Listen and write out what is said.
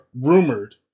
rumored